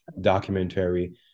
documentary